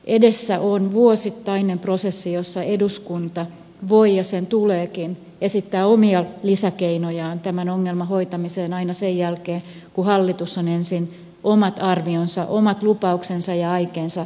edessä on vuosittainen prosessi jossa eduskunta voi ja sen tuleekin esittää omia lisäkeinojaan tämän ongelman hoitamiseen aina sen jälkeen kun hallitus on ensin omat arvionsa omat lupauksensa ja aikeensa esille tuonut